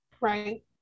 Right